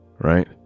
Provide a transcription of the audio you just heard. right